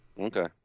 Okay